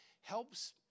helps